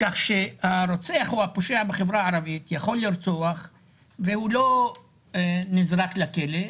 כך שהפושע בחברה הערבית יכול לרצוח והוא לא נזרק לכלא,